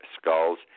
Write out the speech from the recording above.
skulls